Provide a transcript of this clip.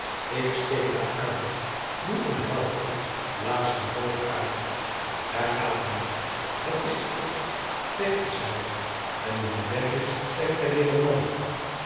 ik steek haar aan doe een haaltje blaas de rook uit daar gaat hij het is pop weg is hij en nu hij weg is zijt gij weer een man